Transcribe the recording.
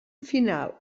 final